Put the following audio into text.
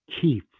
Keith